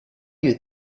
you